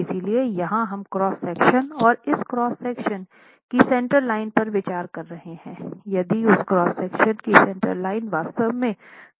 इसलिए यहां हम क्रॉस सेक्शन और इस क्रॉस सेक्शन की सेंटर लाइन पर विचार कर रहे हैं यदि उस क्रॉस सेक्शन की सेंटर लाइन वास्तव में